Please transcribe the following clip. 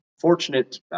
fortunate